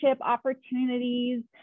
opportunities